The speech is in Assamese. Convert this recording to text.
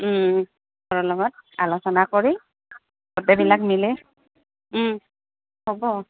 ঘৰৰ লগত আলোচনা কৰি গোটেইবিলাক মিলে হ'ব